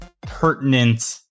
pertinent